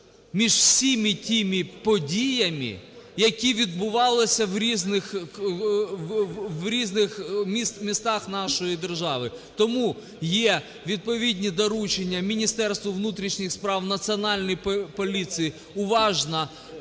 між всіма тими подіями, які відбувалися в різних... в різних містах нашої держави. Тому є відповідні доручення Міністерству внутрішніх справ, Національній поліції уважно